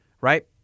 right